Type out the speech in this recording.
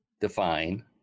define